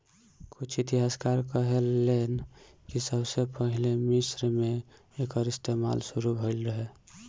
कुछ इतिहासकार कहेलेन कि सबसे पहिले मिस्र मे एकर इस्तमाल शुरू भईल रहे